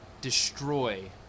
destroy